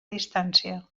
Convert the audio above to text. distància